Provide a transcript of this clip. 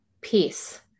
peace